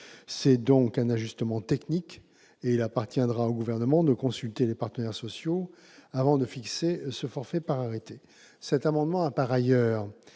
s'agit donc d'un ajustement technique et il appartiendra au Gouvernement de consulter les partenaires sociaux avant de fixer ce forfait par arrêté. Par ailleurs,